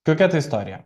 kokia ta istorija